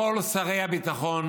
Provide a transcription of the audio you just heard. כל שרי הביטחון